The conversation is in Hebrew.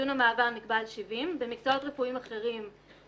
ציון המעבר נקבע על 70. במקצועות רפואיים אחרים,